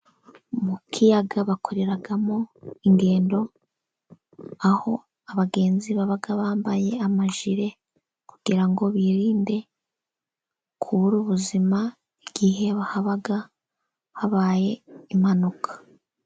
Mu kiyaga bakoreramo ingendo aho abagenzi baba bambaye amajili kugira ngo birinde kubura ubuzima igihe haba habaye impanuka.